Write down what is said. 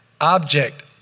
object